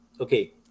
okay